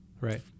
right